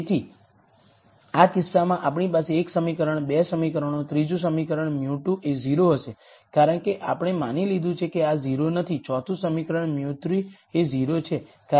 તેથી આ કિસ્સામાં આપણી પાસે 1 સમીકરણ 2 સમીકરણો ત્રીજું સમીકરણ μ2 એ 0 હશે કારણ કે આપણે માની લીધું છે કે આ 0 નથી ચોથું સમીકરણ μ3 એ 0 છે કારણ કે આપણે માની લીધું છે કે આ 0 નથી